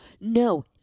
No